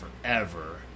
forever